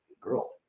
girl